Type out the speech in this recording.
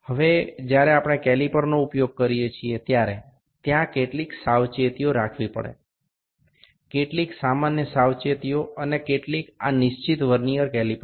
હવે જ્યારે આપણે કેલિપરનો ઉપયોગ કરીએ છીએ ત્યારે ત્યાં કેટલીક સાવચેતીઓ રાખવી પડે કેટલીક સામાન્ય સાવચેતીઓ અને કેટલીક આ નિશ્ચિત વર્નીઅર કેલિપર માટે